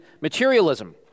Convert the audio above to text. materialism